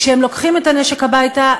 כשהם לוקחים את הנשק הביתה,